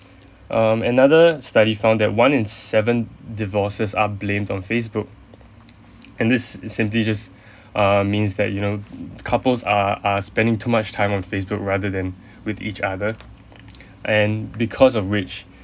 um another study found that one in seven divorces are blamed on facebook and this simply just err means that you know couples are are spending too much time on facebook rather than with each other and because of which